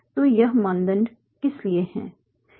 तो यह मानदंड किस लिए हैं